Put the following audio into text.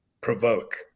provoke